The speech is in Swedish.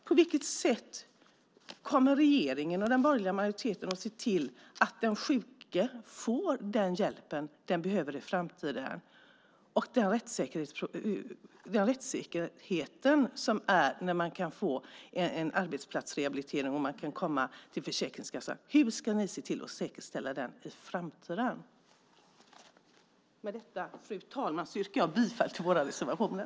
På vilket sätt kommer regeringen och den borgerliga majoriteten att se till att den sjuke får den hjälp som kan behövas i framtiden, arbetsplatsrehabilitering, på ett rättssäkert sätt och i kontakt med Försäkringskassan? Hur ska ni se till att säkerställa detta i framtiden? Fru talman! Jag yrkar bifall till våra reservationer.